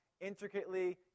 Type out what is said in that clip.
intricately